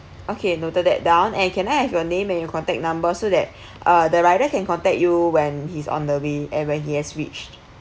okay noted that down and can I have your name and your contact number so that uh the rider can contact you when he's on the way and when he has reached